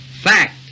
Fact